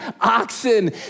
oxen